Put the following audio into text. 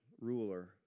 ruler